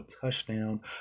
touchdown